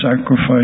sacrifice